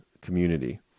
community